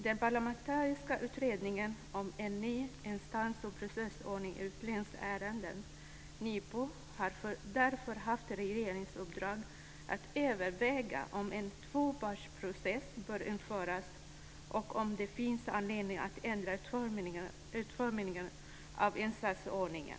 Den parlamentariska utredningen om en ny instans och processordning i utlänningsärenden, NIPU, har därför haft regeringens uppdrag att överväga om en tvåpartsprocess bör införas och om det finns anledning att ändra utformningen av instansordningen.